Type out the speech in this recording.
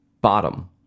bottom